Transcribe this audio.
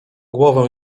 głowę